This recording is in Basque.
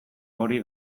hori